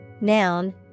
Noun